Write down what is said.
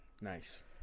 Nice